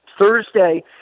Thursday